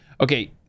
Okay